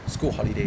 school holiday